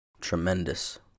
tremendous